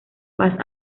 vas